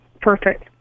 perfect